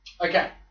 Okay